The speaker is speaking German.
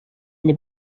eine